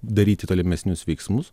daryti tolimesnius veiksmus